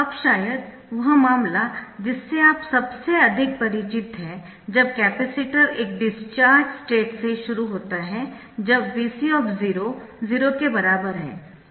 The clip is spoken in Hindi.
अब शायद वह मामला जिससे आप सबसे अधिक परिचित है जब कैपेसिटर एक डिस्चार्ज स्टेट से शुरू होता है जब Vc 0 के बराबर है